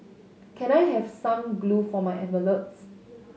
can I have some glue for my envelopes